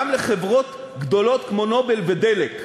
גם לחברות גדולות כמו "נובל" ו"דלק".